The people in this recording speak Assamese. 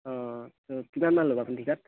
অ কিমান মান ল'ব আপুনি ঠিকাত